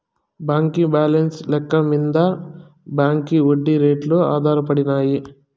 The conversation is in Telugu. బాంకీ బాలెన్స్ లెక్క మింద బాంకీ ఒడ్డీ రేట్లు ఆధారపడినాయి